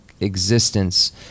existence